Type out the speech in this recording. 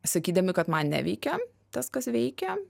sakydami kad man neveikia tas kas veikia